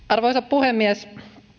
arvoisa puhemies